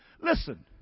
Listen